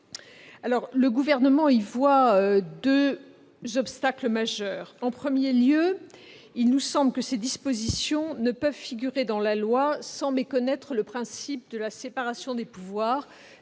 Le Gouvernement y voit deux obstacles majeurs. En premier lieu, il nous semble que ces dispositions ne peuvent figurer dans la loi sans méconnaître le principe de séparation des pouvoirs,